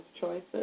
choices